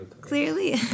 clearly